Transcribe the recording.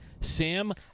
Sam